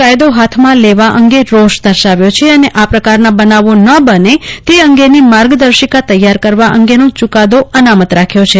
કાયદો હાથમાં લેવા અંગે રોષ દર્શાવ્યો છે અને આ પ્રકારના બનાવો ન બને તે અંગેની માર્ગદર્શિકા તૈયાર કરવા અંગેનો ચુકાદો અનામત રાખ્યો છે